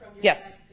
yes